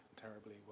terribly